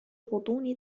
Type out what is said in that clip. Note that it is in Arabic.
غضون